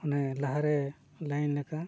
ᱚᱱᱮ ᱞᱟᱦᱟᱨᱮ ᱞᱟᱭᱤᱱ ᱞᱮᱠᱟ